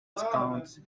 discount